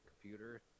computer